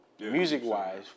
Music-wise